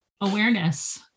awareness